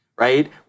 right